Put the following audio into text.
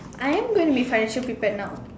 I am going to be financial prepared now